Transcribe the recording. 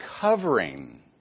covering